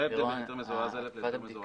זה ההבדל בין היתר מזורז א' ל-ב'.